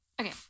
Okay